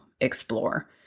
explore